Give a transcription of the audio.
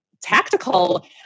tactical